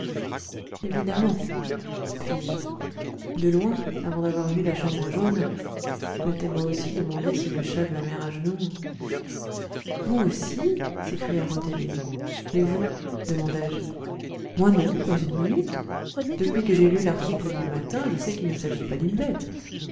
évidemment fis-je de loin avant d'avoir vu la chambre jaune je m'étais moi aussi demandé si le chat de la mère agenoux vous aussi s'écria rouletabille et vous demandai-je moi non pas une minute depuis que j'ai lu l'article du matin je sais qu'il ne s'agit pas d'une bête